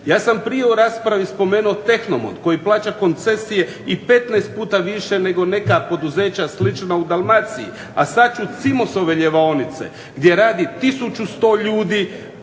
Ja sam prije u raspravi spomenuo TEhnomont koji plaća koncesije i 15 puta više nego neka poduzeća slična u Dalmaciji, a sada ću Cimosove ljevaonice gdje rade 1100 ljudi,